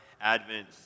Advent